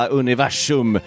universum